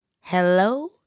Hello